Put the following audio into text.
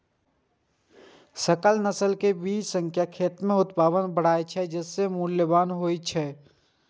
संकर नस्ल के बीज सं खेत मे उत्पादन बढ़ै छै, तें ई मूल्यवान होइ छै